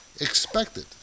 expected